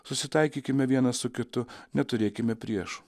susitaikykime vienas su kitu neturėkime priešų